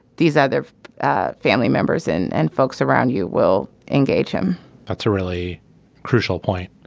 these other ah family members and and folks around you will engage him that's a really crucial point.